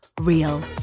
real